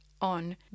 on